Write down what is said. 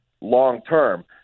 long-term